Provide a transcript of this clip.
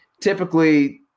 typically